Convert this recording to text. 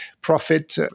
profit